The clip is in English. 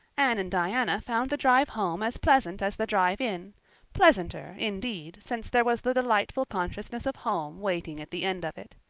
anne and diana found the drive home as pleasant as the drive in pleasanter, indeed, since there was the delightful consciousness of home waiting at the end of it.